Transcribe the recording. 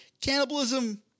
cannibalism